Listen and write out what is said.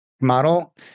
model